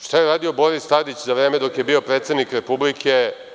Šta je uradio Boris Tadić za vreme dok je bio predsednik Republike?